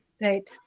Right